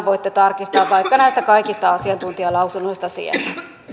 voitte tarkistaa vaikka näistä kaikista asiantuntijalausunnoista siellä